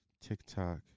TikTok